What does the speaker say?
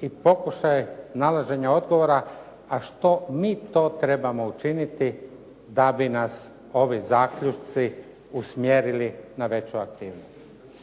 i pokušaj nalaženja odgovora, a što mi to trebamo učiniti da bi nas ovi zaključci usmjerili na veću aktivnost?